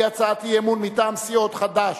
והיא הצעת אי-אמון מטעם סיעות חד"ש,